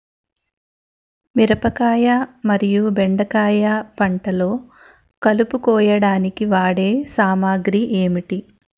మిరపకాయ మరియు బెండకాయ పంటలో కలుపు కోయడానికి వాడే సామాగ్రి ఏమిటి?